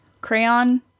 crayon